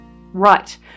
Right